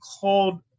called